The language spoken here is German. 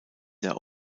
der